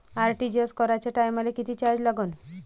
RTGS कराच्या टायमाले किती चार्ज लागन?